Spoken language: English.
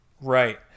Right